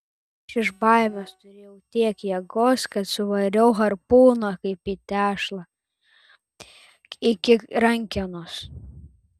aš iš baimės turėjau tiek jėgos kad suvariau harpūną kaip į tešlą iki rankenos